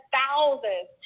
thousands